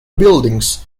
buildings